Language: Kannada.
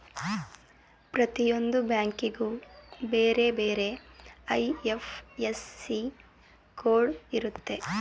ಪ್ರತಿಯೊಂದು ಬ್ಯಾಂಕಿಗೂ ಬೇರೆ ಬೇರೆ ಐ.ಎಫ್.ಎಸ್.ಸಿ ಕೋಡ್ ಇರುತ್ತೆ